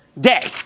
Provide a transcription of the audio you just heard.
day